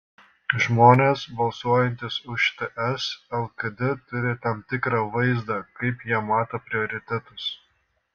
žmonės balsuojantys už ts lkd turi tam tikrą vaizdą kaip jie mato prioritetus